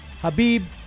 Habib